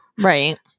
Right